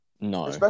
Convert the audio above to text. No